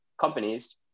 companies